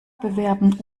bewerben